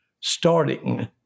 starting